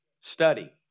study